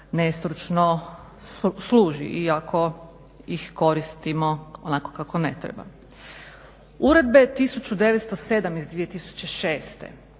nestručno služi i ako ih koristimo onako kako ne treba. Uredbe 1907 iz 2006.,